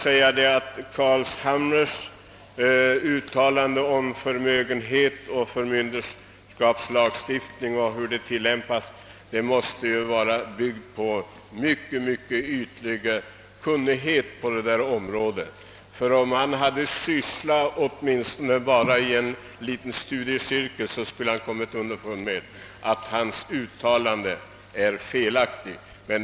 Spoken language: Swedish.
Herr Carlshamres uttalande om tilllämpningen av förmynderskapslagstiftningen måste vara byggt på mycket ytlig kunskap på området. Om han hade sysslat med det åtminstone i en liten studiecirkel, skulle han ha kommit underfund med att hans uttalande är felaktigt.